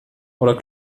oder